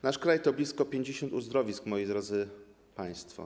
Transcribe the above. Nasz kraj to blisko 50 uzdrowisk, moi drodzy państwo.